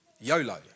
YOLO